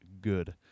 good